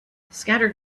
scattered